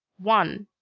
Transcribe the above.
one.